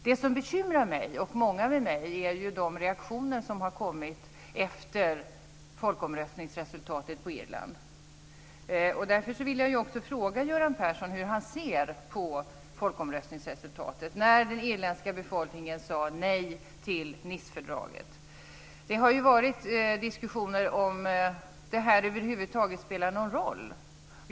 Det som dock bekymrar mig och många med mig är de reaktioner som har kommit efter folkomröstningsresultatet i Irland. Därför vill jag fråga Göran Persson hur han ser på folkomröstningsresultatet när nu den irländska befolkningen sagt nej till Nicefördraget. Det har ju varit diskussioner om det över huvud taget spelar någon roll.